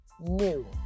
new